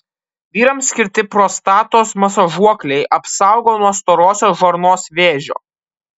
vyrams skirti prostatos masažuokliai apsaugo nuo storosios žarnos vėžio